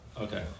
okay